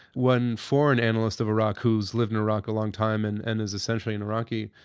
one foreign analyst of iraq who's lived in iraq a long time and and is essentially an iraqi,